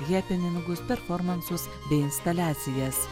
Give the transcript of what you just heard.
hepeningus performansus bei instaliacijas